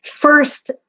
first